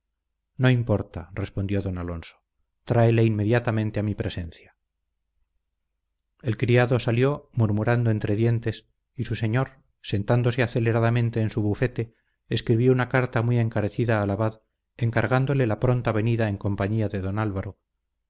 no importa respondió don alonso tráele inmediatamente a mi presencia el criado salió murmurando entre dientes y su señor sentándose aceleradamente en su bufete escribió una carta muy encarecida al abad encargándole la pronta venida en compañía de don álvaro